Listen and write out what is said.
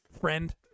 friend